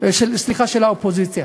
סליחה, של האופוזיציה.